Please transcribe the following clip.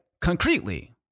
Concretely